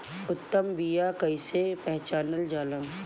उत्तम बीया कईसे पहचानल जाला?